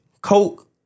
Coke